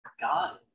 God